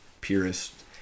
purists